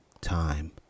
time